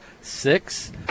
six